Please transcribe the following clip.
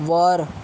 वर